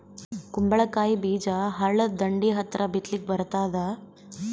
ಕುಂಬಳಕಾಯಿ ಬೀಜ ಹಳ್ಳದ ದಂಡಿ ಹತ್ರಾ ಬಿತ್ಲಿಕ ಬರತಾದ?